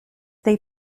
they